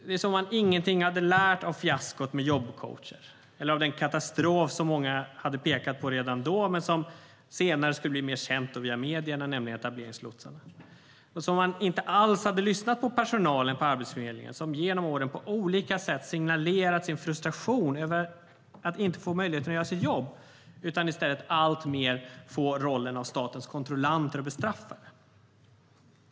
Det är som om man ingenting lärt av fiaskot med jobbcoacher eller av den katastrof som många hade pekat på redan då men som senare skulle bli mer känd via medierna, nämligen etableringslotsarna. Det är som om man inte alls lyssnat på personalen på Arbetsförmedlingen, som genom åren på olika sätt signalerat sin frustration över att inte få möjlighet att göra sitt jobb utan i stället alltmer få rollen att vara statens kontrollant och bestraffare.